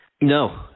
no